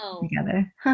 together